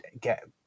get